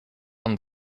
und